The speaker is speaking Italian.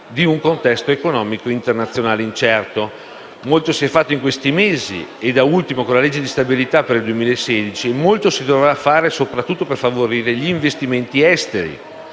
di un contesto economico internazionale incerto. Molto si è fatto in questi ultimi anni e, da ultimo, con la legge di stabilità per il 2016 e molto si dovrà fare, sopratutto per favorire gli investimenti esteri.